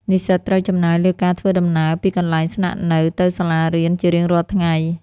និស្សិតត្រូវចំណាយលើការធ្វើដំណើរពីកន្លែងស្នាក់នៅទៅសាលារៀនជារៀងរាល់ថ្ងៃ។